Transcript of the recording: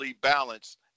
balanced